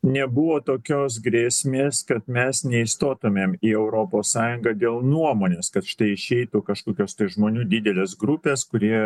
nebuvo tokios grėsmės kad mes neįstotumėm į europos sąjungą dėl nuomonės kad štai išeitų kažkokios tai žmonių didelės grupės kurie